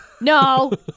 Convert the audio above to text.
No